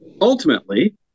ultimately